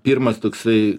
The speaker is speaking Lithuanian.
pirmas toksai